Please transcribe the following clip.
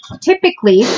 typically